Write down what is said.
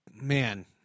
Man